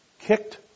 kicked